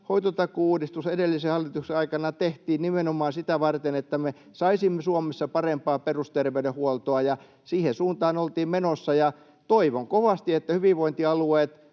hoitotakuu-uudistus edellisen hallituksen aikana tehtiin nimenomaan sitä varten, että me saisimme Suomessa parempaa perusterveydenhuoltoa, ja siihen suuntaan oltiin menossa. Toivon kovasti, että hyvinvointialueet